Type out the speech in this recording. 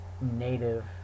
native